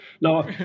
No